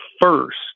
first